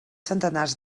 centenars